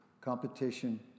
competition